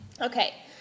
Okay